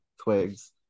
Twigs